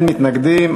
אין מתנגדים.